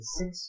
six